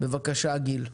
בבקשה, גיל.